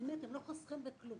באמת הם לא חוסכים בכלום.